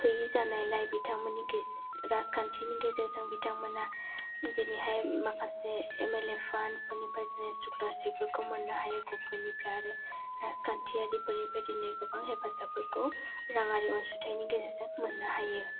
थोयै जानाय लाय बिथांमोननि राजखान्थि गेजेरजों बिथांमोना दिनैहाय माखासे एम एल ए फान्द फोरनिफ्राय जोङो सक्लारसिपफोर मोननो हायो गबमेन्ट निफ्राय आरो राजखान्थियारि फोरनिफ्राय गोबां हेफाजाब फोरखौ रांयारि अनसुंथाइनि गेजेरजों मोन्नो हायो